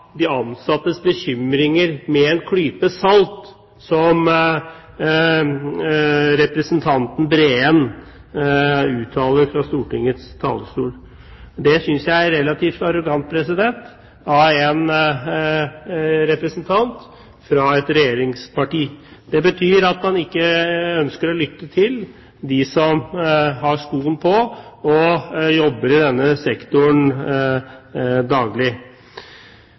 de ansattes bekymringer med «en klype salt», som representanten Breen uttaler fra Stortingets talerstol. Det synes jeg er relativt arrogant av en representant fra et regjeringsparti. Det betyr at man ikke ønsker å lytte til dem som har skoen på, og som jobber i denne sektoren daglig.